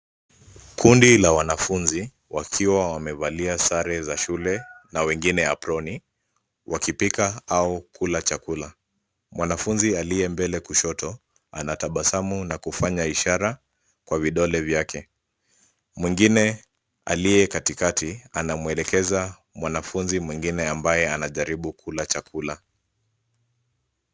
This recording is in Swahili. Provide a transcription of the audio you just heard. Kundi la wanafunzi wakiwa wamevalia sare za shule na wengine aproni wakipika au kula chakula. Mwanafunzi aliye mbele kushoto anatabasamu na kufanya ishara kwa vidole vyake. Mwingine aliye katikati anamwelekeza mwanafunzi mwingine ambaye anajaribu kula chakula.